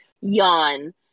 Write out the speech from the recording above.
yawn